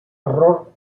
error